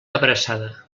abraçada